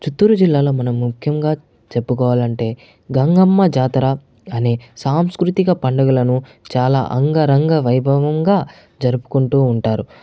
చిత్తూరు జిల్లాలో మన ముఖ్యంగా చెప్పుకోవాలంటే గంగమ్మ జాతర అనే సాంస్కృతిక పండుగలను చాలా అంగరంగ వైభవంగా జరుపుకుంటూ ఉంటారు